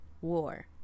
war